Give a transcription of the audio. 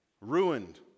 ruined